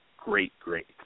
great-great